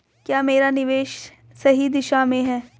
क्या मेरा निवेश सही दिशा में है?